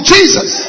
Jesus